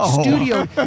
studio